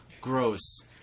gross